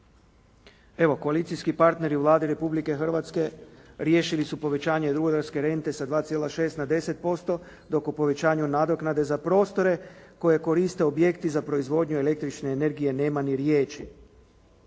koalicijski partneri Vlade Republike Hrvatske riješili su povećanje rudarske rente sa 2,6 na 10% dok o povećanju nadoknade za prostore koje koriste objekti za proizvodnju električne energije nema ni riječi.